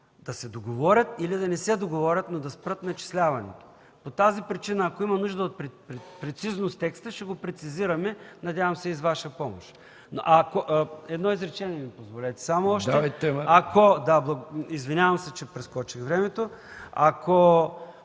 да се договорят или да не се договорят, но да спрат начисляванията. По тази причина, ако има нужда от прецизиране на текста, ще го прецизираме, надявам се и с Ваша помощ. (Сигнал от председателя, че времето е изтекло.) Извинявам се, че прескочих времето. Ако